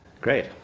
great